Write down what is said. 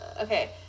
Okay